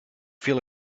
feel